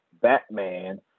Batman